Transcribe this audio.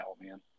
man